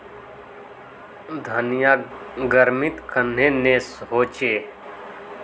धनिया गर्मित कन्हे ने होचे?